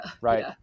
right